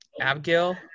Abigail